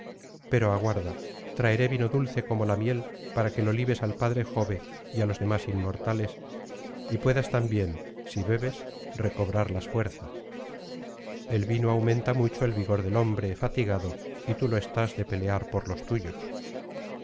pero aguarda traeré vino dulce como la miel para que lo libes al padre jove y á los demás inmortales y puedas también si bebes recobrar las fuerzas el vino aumenta mucho el vigor del hombre fatigado y tú lo estás de pelear por los tuyos